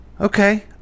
Okay